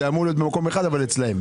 זה אמור להיות במקום אחד אבל אצלם.